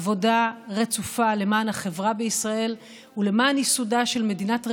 עבודה רצופה למען החברה בישראל ולמען ייסודה של מדינת רווחה,